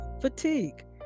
fatigue